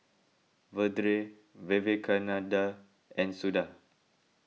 Vedre Vivekananda and Suda